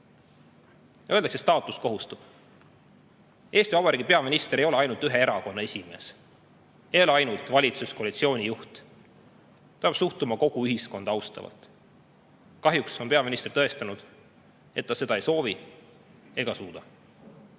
Öeldakse, et staatus kohustab. Eesti Vabariigi peaminister ei ole ainult ühe erakonna esimees, ei ole ainult valitsuskoalitsiooni juht. Ta peab suhtuma kogu ühiskonda austavalt. Kahjuks on peaminister tõestanud, et ta seda ei soovi ega suuda.